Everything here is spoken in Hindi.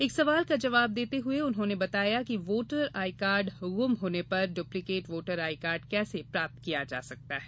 एक सवाल का जवाब देते हुए उन्होंने बताया कि वोटर आईकार्ड गुम होने पर डुप्लीकेट वोटर आईकार्ड कैसे प्राप्त किया जा सकता है